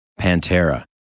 Pantera